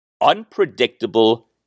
unpredictable